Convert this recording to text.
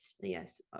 yes